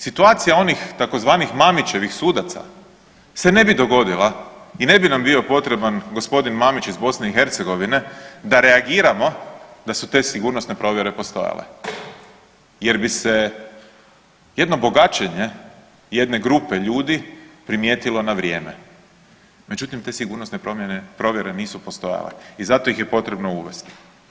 Situacija onih tzv. Mamićevih sudaca se ne bi dogodila i ne bi nam bio potreban g. Mamić iz BiH da reagiramo da su te sigurnosne provjere postojale jer bi se jedno bogaćenje jedne grupe ljudi primijetilo na vrijeme, međutim te sigurnosne provjere nisu postojale i zato ih je potrebno uvesti.